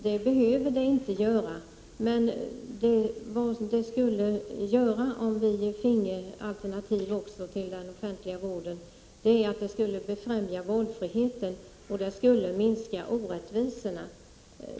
Det behöver det inte göra. Men om vi finge alternativ till den offentliga vården skulle det befrämja valfriheten och minska orättvisorna.